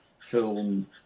film